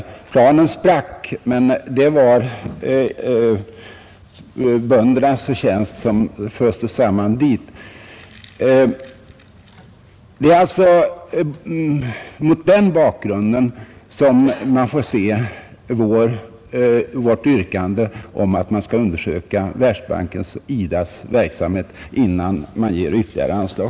Planen sprack, men det var lantbefolkningens förtjänst. Det är alltså mot den bakgrunden som man får se vårt yrkande om att Världsbankens och IDA:s verksamhet skall undersökas innan man ger ytterligare anslag.